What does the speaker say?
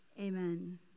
Amen